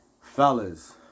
Fellas